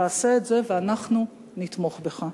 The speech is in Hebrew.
תעשה את זה, ואנחנו נתמוך בך.